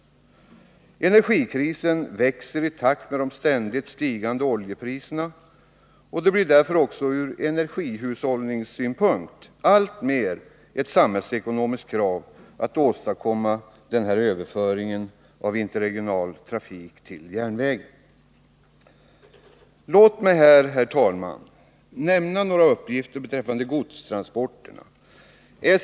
Energikrisen växer i takt med de ständigt stigande oljepriserna. Det blir därför också från energihushållningssynpunkt alltmer ett samhällsekonomiskt krav att åstadkomma denna överföring av interregional trafik till järnvägen. Låt mig här, herr talman, nämna några uppgifter beträffande godstransporterna.